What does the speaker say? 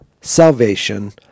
salvation